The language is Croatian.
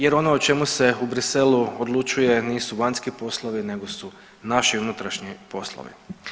Jer ono o čemu se u Bruxellesu odlučuje nisu vanjski poslovi, nego su naši unutrašnji poslovi.